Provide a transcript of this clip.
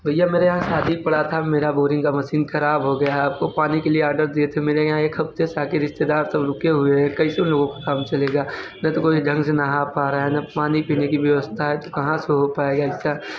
भैया मेरे यहाँ शादी पड़ा था मेरा बोरिंग का मसीन खराब हो गया है आपको पानी के लिए आर्डर दिए थे मेरे यहाँ एक हफ़्ते से आके रिश्तेदार सब रुके हुए हैं कैसे उन लोगों का काम चलेगा न तो कोई ढंग से नहा पा रहा है न पानी पीने की व्यवस्था है तो कहाँ से हो पाएगा इसका